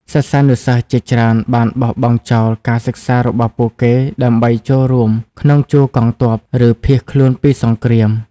សិស្សានុសិស្សជាច្រើនបានបោះបង់ចោលការសិក្សារបស់ពួកគេដើម្បីចូលរួមក្នុងជួរកងទ័ព ឬភៀសខ្លួនពីសង្គ្រាម។